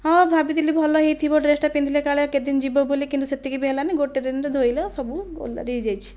ହଁ ଭାବିଥିଲି ଭଲ ହୋଇଥିବ ଡ୍ରେସ ଟା ପିନ୍ଧିଲେ କାଳେ କେତେଦିନ ଯିବ ବୋଲି ହେଲେ କିନ୍ତୁ ସେତିକି ବି ହେଲାନି ଗୋଟିଏ ଦିନରେ ଧୋଇଲେ ସବୁ ବଦଳି ଯାଇଛି